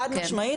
חד משמעית,